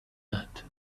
that